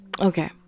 okay